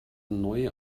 neu